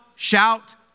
Shout